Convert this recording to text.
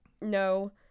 no